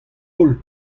holl